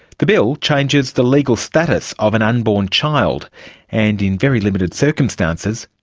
the bill changes the legal status of an unborn child and, in very limited circumstances,